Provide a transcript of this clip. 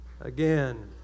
again